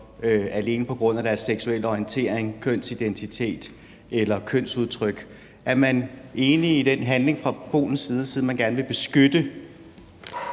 alene på grund af deres seksuelle orientering, kønsidentitet eller kønsudtryk? Er man enig i den handling fra Polens side, siden man gerne vil beskytte